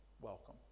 welcome